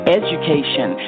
education